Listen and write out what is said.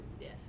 Yes